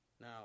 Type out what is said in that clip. Now